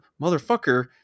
motherfucker